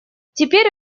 теперь